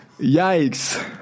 Yikes